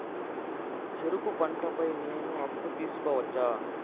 చెరుకు పంట పై నేను అప్పు తీసుకోవచ్చా?